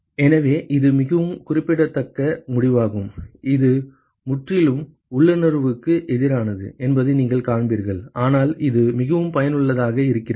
எனவே இது மிகவும் குறிப்பிடத்தக்க முடிவாகும் இது முற்றிலும் உள்ளுணர்வுக்கு எதிரானது என்பதை நீங்கள் காண்பீர்கள் ஆனால் இது மிகவும் பயனுள்ளதாக இருக்கிறது